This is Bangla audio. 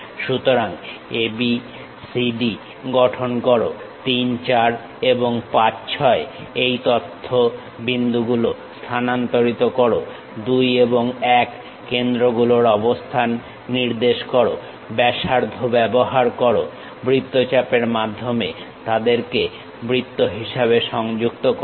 সুতরাং AB CD গঠন করো 3 4 এবং 5 6 এই তথ্য বিন্দুগুলো স্থানান্তরিত করো 2 এবং 1 কেন্দ্রগুলোর অবস্থান নির্দেশ করো ব্যাসার্ধ ব্যবহার করো বৃত্তচাপের মাধ্যমে তাদেরকে বৃত্ত হিসেবে সংযুক্ত করো